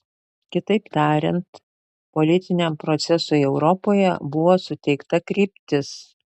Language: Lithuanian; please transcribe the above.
kitaip tariant politiniam procesui europoje buvo suteikta kryptis